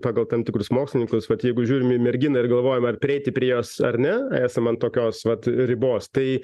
pagal tam tikrus mokslininkus vat jeigu žiūrim į merginą ir galvojam ar prieiti prie jos ar ne esam ant tokios vat ribos tai